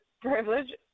Privilege